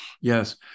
yes